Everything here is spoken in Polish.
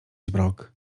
zmrok